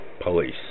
Police